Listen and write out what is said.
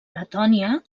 letònia